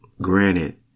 Granted